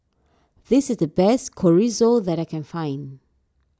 this is the best Chorizo that I can find